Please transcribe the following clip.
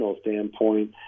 standpoint